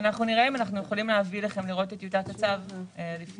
נראה אם אנחנו יכולים להביא לכם לראות את טיוטת הצו לפני